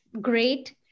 great